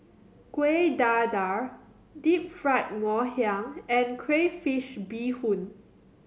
Kueh Dadar Deep Fried Ngoh Hiang and crayfish beehoon